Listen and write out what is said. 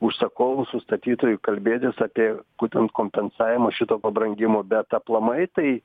užsakovu su statytoju kalbėtis apie būtent kompensavimą šito pabrangimo bet aplamai tai